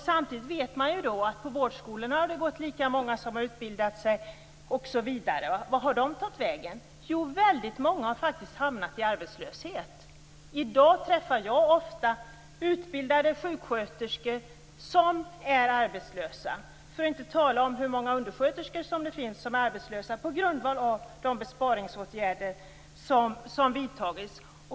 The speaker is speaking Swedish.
Samtidigt vet man ju att det på vårdskolorna har gått lika många som tidigare som har utbildat sig. Vart har de tagit vägen? Jo, väldigt många har faktiskt hamnat i arbetslöshet. I dag träffar jag ofta utbildade sjuksköterskor som är arbetslösa - för att inte tala om hur många undersköterskor det finns som är arbetslösa på grund av de besparingsåtgärder som har vidtagits.